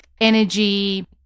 energy